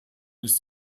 ist